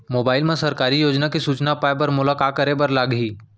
mobile मा सरकारी योजना के सूचना पाए बर मोला का करे बर लागही